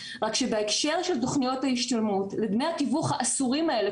רק שבהקשר לתוכניות ההשתלמות לדמי התיווך האסורים האלה,